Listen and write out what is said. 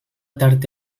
tarte